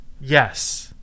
Yes